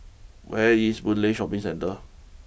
where is Boon Lay Shopping Centre